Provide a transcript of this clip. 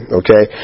okay